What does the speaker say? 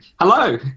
hello